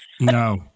No